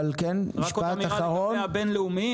רק עוד אמירה לגבי הבין-לאומיים